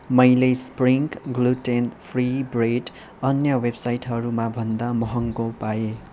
मैले spring gluten free bread अन्य वेबसाइटहरूमा भन्दा महँगो पाएँ